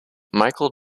michael